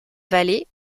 vallée